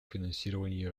финансировании